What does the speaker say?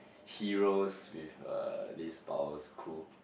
heroes with a this power cool